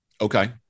Okay